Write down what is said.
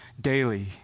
daily